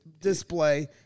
display